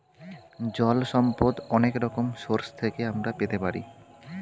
জল সম্পদ অনেক রকম সোর্স থেকে আমরা পেতে পারি